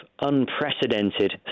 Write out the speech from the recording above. unprecedented